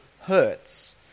hurts